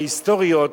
ההיסטוריות,